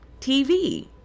TV